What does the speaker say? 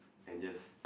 and just